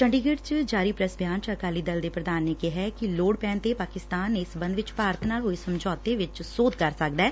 ਚੰਡੀਗੜ ਚ ਜਾਰੀ ਪ੍ਰੈਸ ਬਿਆਨ ਚ ਅਕਾਲੀ ਦਲ ਪ੍ਰਧਾਨ ਨੇ ਕਿਹੈ ਕਿ ਲੋੜ ਪੈਣ ਤੇ ਪਾਕਿਸਤਾਨ ਇਸ ਸੰਬੰਧ ਵਿਚ ਭਾਰਤ ਨਾਲ ਹੋਏ ਸਮਝੌਤੇ ਵਿਚ ਵੀ ਸੋਧ ਕਰ ਸਕਦੈ